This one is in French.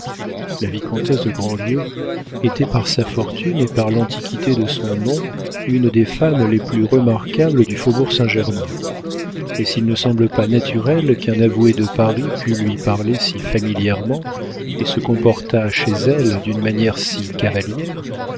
la vicomtesse de grandlieu était par sa fortune et par l'antiquité de son nom une des femmes les plus remarquables du faubourg saint-germain et s'il ne semble pas naturel qu'un avoué de paris pût lui parler si familièrement et se comportât chez elle d'une manière si cavalière